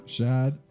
Shad